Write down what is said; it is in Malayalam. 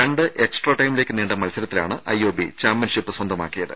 രണ്ട് എക്സ്ട്രാ ടൈമിലേക്ക് നീണ്ട മത്സർത്തിലാണ് ഐഒബി ചാമ്പ്യൻഷിപ്പ് സ്വന്തമാക്കിയത്